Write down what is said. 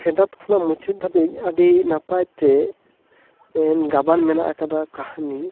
ᱯᱷᱮᱰᱟᱛ ᱠᱷᱚᱱᱟᱜ ᱢᱩᱪᱟᱹᱫ ᱫᱷᱟᱹᱵᱤᱡ ᱟᱹᱰᱤ ᱱᱟᱯᱟᱭ ᱛᱮ ᱮᱫ ᱜᱟᱵᱟᱱ ᱢᱮᱱᱟᱜ ᱟᱠᱟᱫᱟ ᱠᱟᱦᱟᱱᱤ